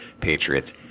patriots